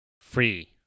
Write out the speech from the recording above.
Free